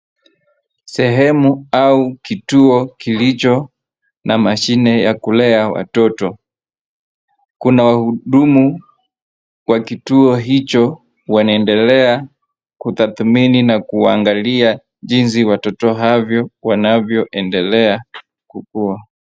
Sehemu au kituo kilicho na mashine ya kulea watoto, kuna wahudumu wa kituo hicho wanaendelea kutadhmini na kuangalia jinsi watoto havyo wanavyoendelea kukua.